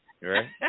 right